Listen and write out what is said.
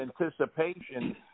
anticipation